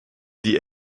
die